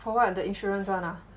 for what the insurance [one] ah